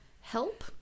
help